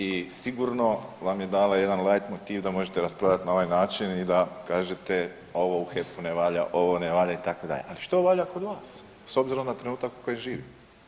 I sigurno vam je dala jedan lajt motiv da možete raspravljat na ovaj način i da kažete ovo u HEP-u ne valja, ovo ne valja itd., a što valja kod vas s obzirom na trenutak u kojem živimo?